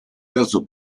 terzo